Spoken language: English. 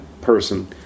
person